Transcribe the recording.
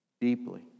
Deeply